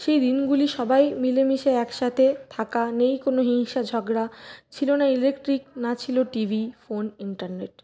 সেই দিনগুলি সবাই মিলে মিশে এক সাথে থাকা নেই কোনও হিংসা ঝগড়া ছিল না ইলেকট্রিক না ছিল টিভি ফোন ইন্টারনেট